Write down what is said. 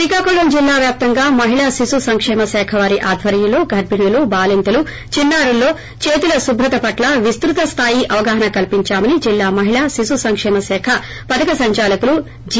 శ్రీకాకుళం జిల్లా వ్యాప్తముగా మహిళా శిశు సంకేమ శాఖ వారి ఆధ్వర్యంలో గర్భిణిలు బాలింతల్లో చిన్నారుల్లో చేతుల శుభ్రత పట్ల విస్తృత స్లాయి అవగాహన కల్పించామని జిల్లా మహిళా శిశు సంక్షేమ శాఖ పధక సంచాలకులు జి